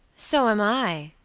so am i,